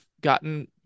gotten